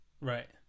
Right